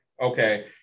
Okay